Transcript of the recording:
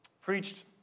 preached